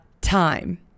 time